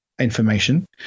Information